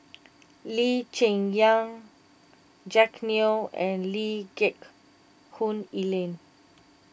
Lee Cheng Yan Jack Neo and Lee Geck Hoon Ellen